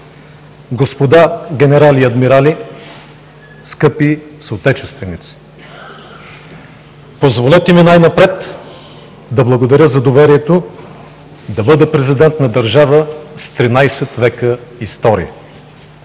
господа генерали и адмирали, скъпи съотечественици! Позволете ми най-напред да благодаря за доверието да бъда президент на държава с 13 века история,